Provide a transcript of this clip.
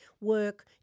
work